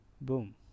Boom